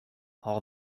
all